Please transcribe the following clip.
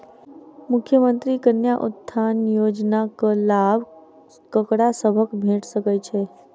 मुख्यमंत्री कन्या उत्थान योजना कऽ लाभ ककरा सभक भेट सकय छई?